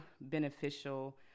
beneficial